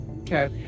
Okay